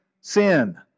sin